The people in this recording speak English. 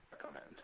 recommend